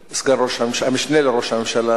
המשנה לראש הממשלה